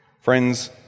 Friends